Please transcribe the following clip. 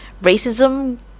racism